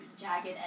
jagged